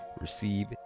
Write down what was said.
receive